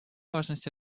важность